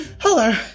Hello